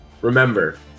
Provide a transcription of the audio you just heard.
remember